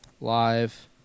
Live